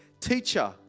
Teacher